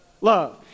love